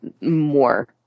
more